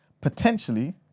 Potentially